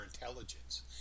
intelligence